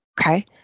Okay